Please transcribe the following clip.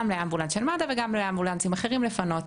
גם לאמבולנס של מד"א וגם לאמבולנסים אחרים לפנות.